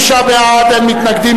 התשע"א 2010, נתקבל.